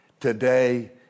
today